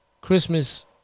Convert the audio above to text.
Christmas